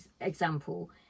example